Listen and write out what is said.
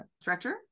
stretcher